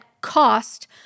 cost